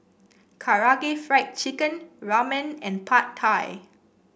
Karaage Fried Chicken Ramen and Pad Thai